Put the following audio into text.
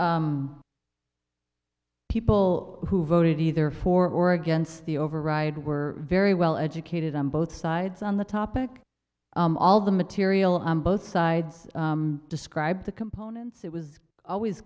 people who voted either for or against the override were very well educated on both sides on the topic all the material on both sides describe the components it was always